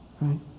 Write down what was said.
right